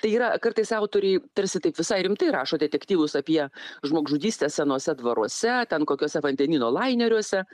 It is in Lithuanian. tai yra kartais autoriai tarsi taip visai rimtai rašo detektyvus apie žmogžudystę senuose dvaruose ten kokiuose vandenyno laineriuose